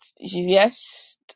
yes